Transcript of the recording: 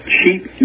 Cheap